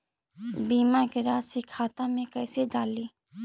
बीमा के रासी खाता में कैसे डाली?